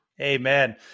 amen